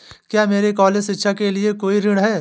क्या मेरे कॉलेज शिक्षा के लिए कोई ऋण है?